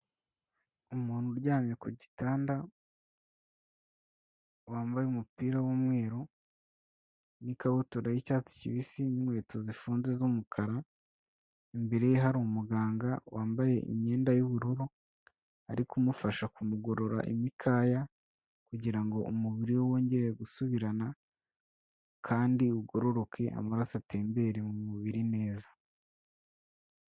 Umuntu uryamye ku gitanda wambaye umupira w'umweru n'ikabutura y'icyatsi kibisi n'inkweto zifunze z'umukara. Imbere ye hari umuganga wambaye imyenda y'ubururu arikumufasha kumugorora imikaya kugira ngo umubiri we wongere gusubirana kandi ugororoke amaraso atembere mu mubiri neza.